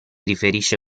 riferisce